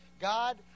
God